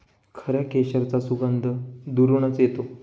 खऱ्या केशराचा सुगंध दुरूनच येतो